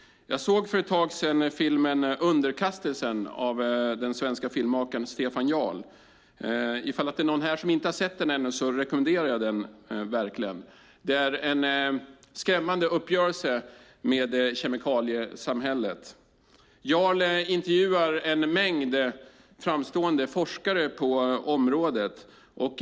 Jag såg för ett tag sedan filmen Underkastelsen av den svenske filmmakaren Stefan Jarl. Ifall det är någon här som inte har sett den ännu rekommenderar jag den verkligen. Det är en skrämmande uppgörelse med kemikaliesamhället. Jarl intervjuar en mängd framstående forskare på området.